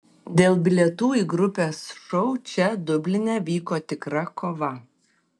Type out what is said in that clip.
dėl bilietų į grupės šou čia dubline vyko tikra kova